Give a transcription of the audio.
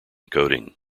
coating